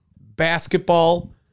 basketball